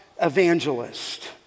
evangelist